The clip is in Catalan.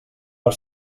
per